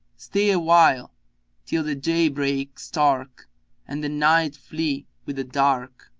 stay awhile till the day break stark and the night flee with the dark.